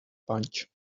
punch